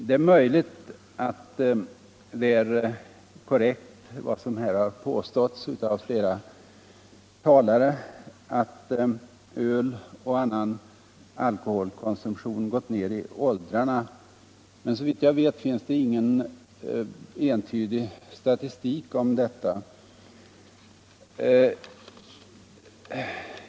Det är möjligt att det är korrekt som här har påståtts av flera talare, att öloch annan alkoholkonsumtion gått ned i åldrarna. Men såvitt jag vet finns det ingen entydig statistik om detta.